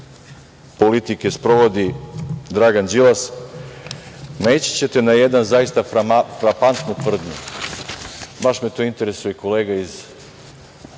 politike sprovodi Dragan Đilas, naići ćete na jednu zaista frapantnu tvrdnju. Baš me interesuje, tu je kolega iz